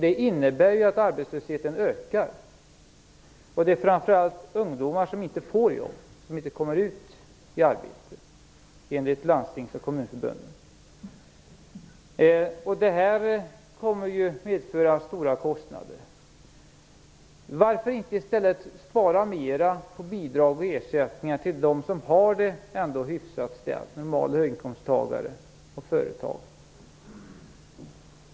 Det innebär att arbetslösheten ökar. Det är framför allt ungdomar som inte får jobb och inte kommer ut i arbete, enligt landstings och kommunförbunden. Det kommer att medföra stora kostnader. Varför inte i stället spara mera på bidrag och ersättningar till dem som ändå har det hyfsat ställt - normal och höginkomsttagare och företag?